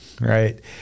right